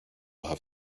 have